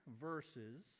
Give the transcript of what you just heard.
verses